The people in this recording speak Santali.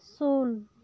ᱥᱩᱱ